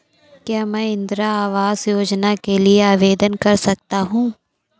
क्या मैं इंदिरा आवास योजना के लिए आवेदन कर सकता हूँ?